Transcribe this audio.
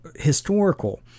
historical